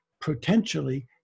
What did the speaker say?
potentially